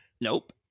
nope